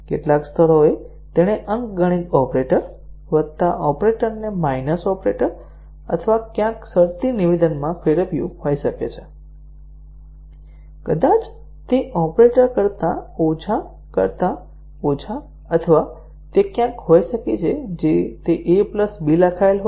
કેટલાક સ્થળોએ તેણે અંકગણિત ઓપરેટર વત્તા ઓપરેટરને માઇનસ ઓપરેટર અથવા ક્યાંક શરતી નિવેદનમાં ફેરવ્યું હોઈ શકે છે કદાચ તે ઓપરેટર કરતા ઓછા કરતા ઓછા અથવા તે ક્યાંક હોઈ શકે જ્યાં તે a b લખાયેલ હોય